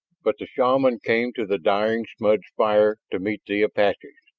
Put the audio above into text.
but the shaman came to the dying smudge fire to meet the apaches.